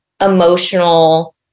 emotional